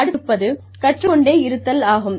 அடுத்து இருப்பது கற்றுக் கொண்டே இருத்தல் ஆகும்